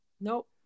Nope